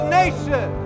nation